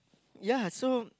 ya so